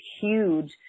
huge